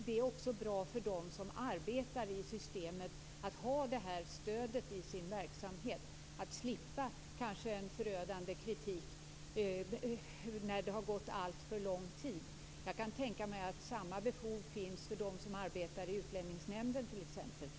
Det är också bra för dem som arbetar i systemet att ha det här stödet i sin verksamhet och kanske slippa en förödmjukande kritik när det har gått alltför lång tid. Jag kan tänka mig att samma behov finns för dem som arbetar i t.ex. Utlänningsnämnden.